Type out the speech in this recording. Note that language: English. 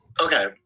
Okay